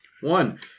One